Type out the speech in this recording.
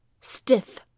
stiff